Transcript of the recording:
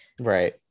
Right